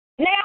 Now